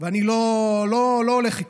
ואני לא הולך איתכם.